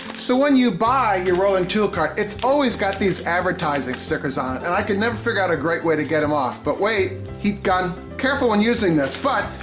so when you buy your rolling tool cart. it's always got these advertising stickers on it. and i can never figure out a great way to get em off. but wait, heat gun. careful when using this. but,